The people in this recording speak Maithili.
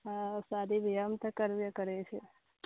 हँ शादी बिआहमे तऽ करबे करै छै